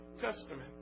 Testament